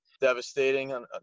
devastating